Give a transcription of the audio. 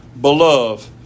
Beloved